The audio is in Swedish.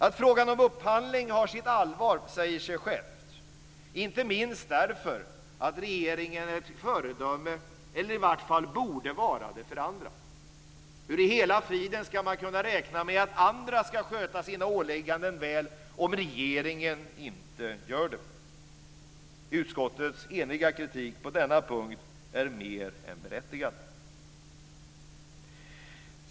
Att frågan om upphandling har sitt allvar säger sig självt, inte minst därför att regeringen är ett föredöme, eller i varje fall borde vara det, för andra. Hur i hela friden ska man kunna räkna med att andra ska sköta sina ålägganden väl om regeringen inte gör det? Utskottets eniga kritik på denna punkt är mer än berättigad.